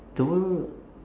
the world